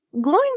glowing